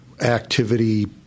activity